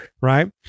right